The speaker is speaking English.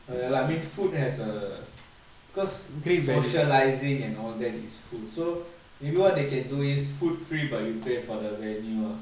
err ya lah I mean food has err cause socialising and all that is food so maybe what they can do is food free but you pay for venue ah